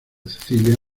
cecilia